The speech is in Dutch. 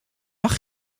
mag